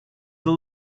the